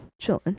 chilling